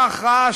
לברכה,